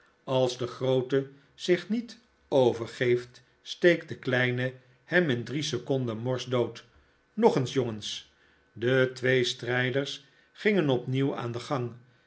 als de groote zich niet overgeeft steekt de kleine hem in drie seconden morsdood nog eens jongens de twee strijders gingen opnieuw aan den gang